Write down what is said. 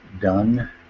done